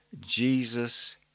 Jesus